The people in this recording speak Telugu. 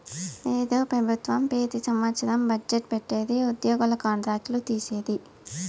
ఏందో పెబుత్వం పెతి సంవత్సరం బజ్జెట్ పెట్టిది ఉద్యోగుల కాంట్రాక్ట్ లు తీసేది